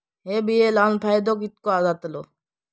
हे बिये लाऊन फायदो कितको जातलो?